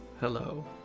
hello